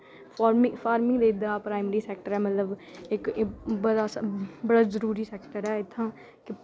farming ते इद्धरा दा प्राईमरी सैक्टर ऐ मतलब इक बड़ा जरूरी सैक्टर ऐ इत्थां दा